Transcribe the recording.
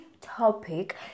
topic